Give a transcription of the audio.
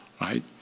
right